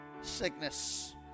sickness